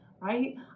right